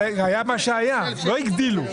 אבל היה מה שהיה, לא הגדילו.